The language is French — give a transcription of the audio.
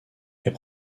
est